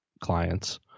clients